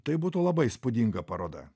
tai būtų labai įspūdinga paroda